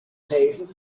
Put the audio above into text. geven